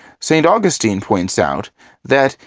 st. augustine points out that,